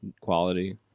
quality